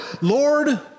Lord